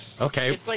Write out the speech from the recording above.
Okay